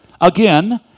again